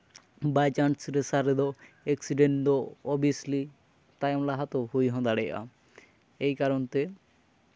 ᱵᱟᱭ chance ᱨᱮᱥᱟᱨ ᱨᱮᱫᱚ accident ᱫᱚ ᱳᱵᱤᱭᱮᱱᱥᱞᱤ ᱛᱟᱭᱚᱢ ᱞᱟᱦᱟ ᱛᱚ ᱦᱩᱭ ᱦᱚᱸ ᱫᱟᱲᱮᱭᱟᱜᱼᱟ ᱮᱭ ᱠᱟᱨᱚᱱ ᱛᱮ